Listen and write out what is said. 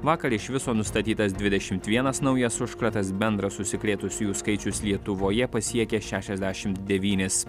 vakar iš viso nustatytas dvidešimt vienas naujas užkratas bendras užsikrėtusiųjų skaičius lietuvoje pasiekė šešiasdešimt devynis